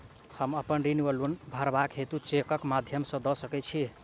हम अप्पन ऋण वा लोन भरबाक हेतु चेकक माध्यम सँ दऽ सकै छी?